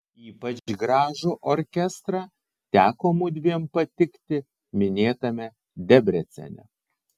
ypač gražų orkestrą teko mudviem patikti minėtame debrecene